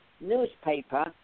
newspaper